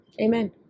amen